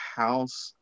house